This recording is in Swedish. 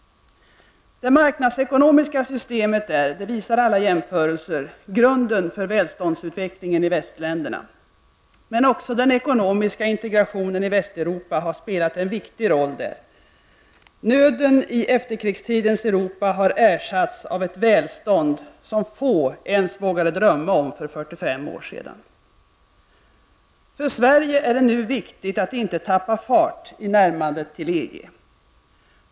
Det marknadsekonomiska systemet är -- det visar alla jämförelser -- grunden för välståndsutvecklingen i västländerna, men också den ekonomiska integrationen i Västeuropa har spelat en viktig roll. Nöden i efterkrigstidens Europa har ersatts av ett välstånd som få ens vågade drömma om för 45 år sedan. För Sverige är det nu viktigt att inte tappa fart i närmandet till EG.